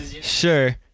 Sure